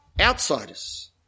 outsiders